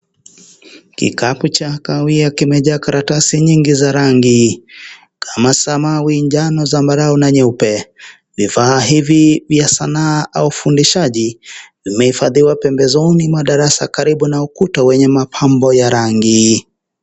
Kikapu cha kawia kimejaa karatasi nyingi za rangi kama samawi, njano, sambarau na nyeupe. Vifaa hivi vya sanaa au ufundishaji vimehifadhiwa pembezoni mwa darasa karibu na ukuta wenye mapambo ya rangi.